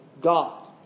God